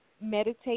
meditate